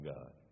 God